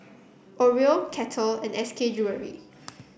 Oreo Kettle and S K Jewellery